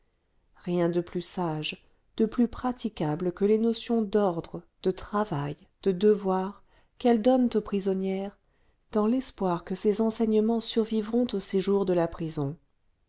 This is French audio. rien de plus sage de plus praticable que les notions d'ordre de travail de devoir qu'elles donnent aux prisonnières dans l'espoir que ces enseignements survivront au séjour de la prison